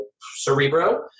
Cerebro